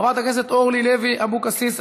חברת הכנסת אורלי לוי אבקסיס,